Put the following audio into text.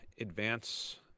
advance